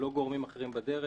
לא גורמים אחרים בדרך.